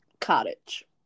cottage